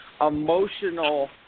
emotional